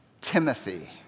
Timothy